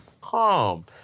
calm